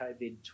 COVID